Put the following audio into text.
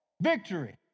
Victory